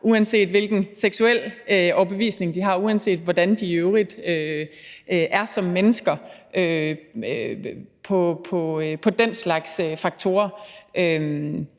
uanset hvilken seksuel overbevisning de har, uanset hvordan de i øvrigt er som mennesker, og den slags faktorer.